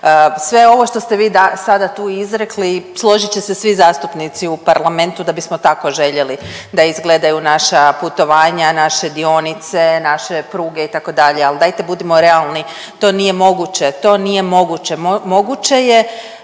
Sve ovo što ste vi sada tu izrekli, složit će se vi zastupnici u parlamentu da bismo tako željeli da izgledaju naša putovanja, naše dionice, naše pruge, itd., ali dajte, budimo realni, to nije moguće,